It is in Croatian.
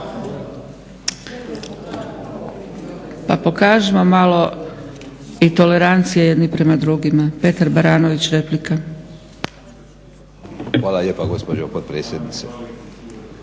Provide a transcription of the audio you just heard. Pa pokažimo malo i tolerancije jedni prema drugima. Petar Baranović replika. **Baranović, Petar